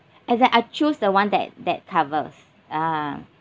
and then I choose the one that that covers ah